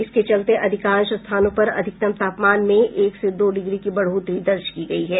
इसके चलते अधिकांश स्थानों पर अधिकतम तापमान में एक से दो डिग्री की बढ़ोतरी दर्ज की गयी है